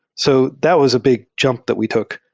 so that was a big jump that we took,